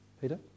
Peter